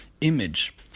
image